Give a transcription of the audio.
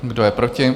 Kdo je proti?